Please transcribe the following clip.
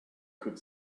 could